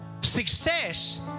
Success